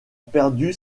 perdu